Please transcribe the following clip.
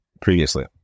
previously